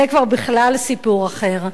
זה כבר בכלל סיפור אחר.